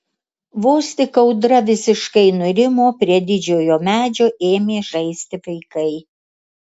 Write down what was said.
vos tik audra visiškai nurimo prie didžiojo medžio ėmė žaisti vaikai